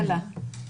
תקלה.